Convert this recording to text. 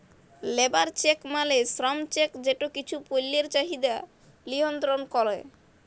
labour check মালে শ্রম check যেট কিছু পল্যের চাহিদা লিয়লত্রল ক্যরে